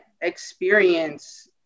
experience